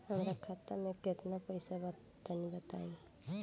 हमरा खाता मे केतना पईसा बा तनि बताईं?